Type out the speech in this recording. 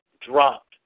dropped